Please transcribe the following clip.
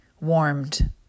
warmed